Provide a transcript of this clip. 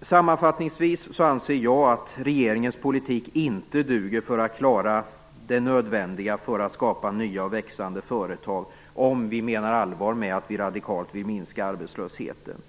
Sammanfattningsvis vill jag säga att jag anser att regeringens politik inte duger för att klara det nödvändiga för att skapa nya och växande företag; om vi nu menar allvar med vårt tal om att vi radikalt vill minska arbetslösheten.